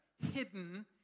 hidden